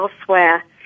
elsewhere